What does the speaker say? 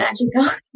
magical